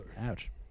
Ouch